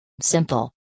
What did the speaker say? Simple